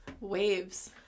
Waves